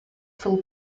full